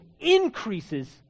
increases